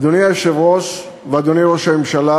אדוני היושב-ראש ואדוני ראש הממשלה,